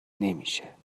نمیشه